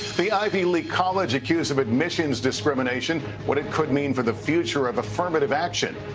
the ivy league college accused of admissions discrimination. what it could mean for the future of affirmative action.